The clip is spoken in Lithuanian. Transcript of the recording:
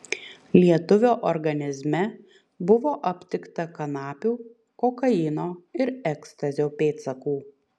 lietuvio organizme buvo aptikta kanapių kokaino ir ekstazio pėdsakų